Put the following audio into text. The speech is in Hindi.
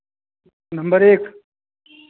नंबर एक